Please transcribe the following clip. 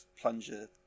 Plunger